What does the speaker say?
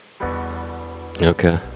Okay